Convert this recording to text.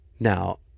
Now